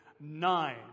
nine